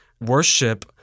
worship